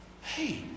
Hey